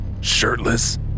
Shirtless